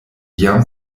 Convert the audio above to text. jam